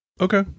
Okay